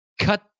cut